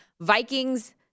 Vikings